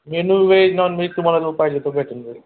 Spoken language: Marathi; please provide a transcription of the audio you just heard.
मेनू वेज नॉनव्हेज तुम्हाला पाहिजे तो भेटून जाईल